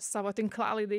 savo tinklalaidėj